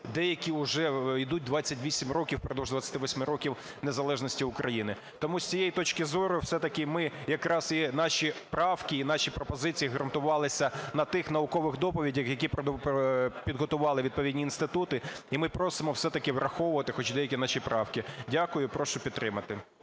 деякі вже ідуть 28 років, впродовж 28 років незалежності України. Тому з цієї точки зору все-таки ми якраз і наші правки, і наші пропозиції ґрунтувалися на тих наукових доповідях, які підготували відповідні інститути. І ми просимо все-таки враховувати хоч деякі наші правки. Дякую. Прошу підтримати.